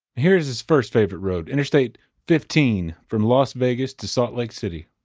here is his first favorite road interstate fifteen, from las vegas to salt lake city.